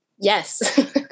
Yes